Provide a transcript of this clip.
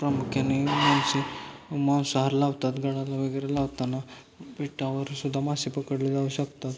प्रमुख्याने मासे मांसाहार लावतात गळाला वगैरे लावताना पिठावर सुद्धा मासे पकडले जाऊ शकतात